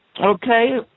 Okay